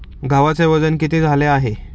गव्हाचे वजन किती झाले आहे?